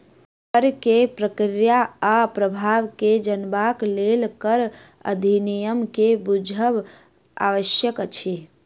करक प्रक्रिया आ प्रभाव के जनबाक लेल कर अधिनियम के बुझब आवश्यक अछि